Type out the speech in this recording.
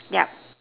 yup